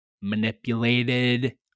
manipulated